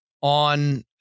on